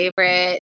favorite